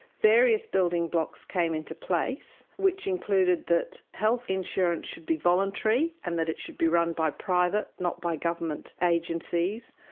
various building blocks came into place, which included that health insurance should be voluntary and that it should be run by private, not by government, agencies,